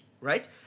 right